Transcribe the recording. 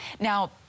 now